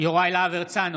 יוראי להב הרצנו,